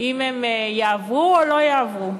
אם הן יעברו או לא יעברו.